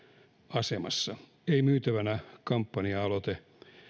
asemassa ei myytävänä kampanja aloite